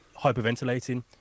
hyperventilating